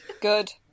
Good